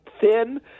thin